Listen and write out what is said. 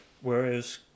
whereas